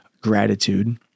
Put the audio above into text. gratitude